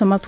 समाप्त